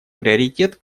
приоритет